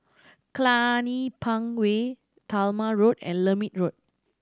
Cluny Park Way Talma Road and Lermit Road